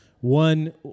One